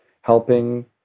helping